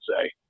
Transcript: say